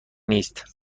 نیست